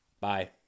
Bye